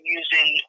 using